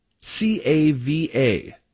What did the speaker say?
C-A-V-A